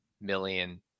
million